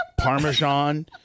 Parmesan